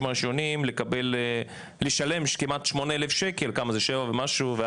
הראשונים לשלם כמעט 8,000 שקל --- אגב,